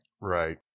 Right